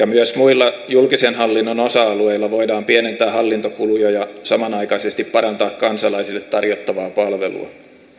myös muilla julkisen hallinnon osa alueilla voidaan pienentää hallintokuluja ja samanaikaisesti parantaa kansalaisille tarjottavaa palvelua